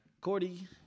Cordy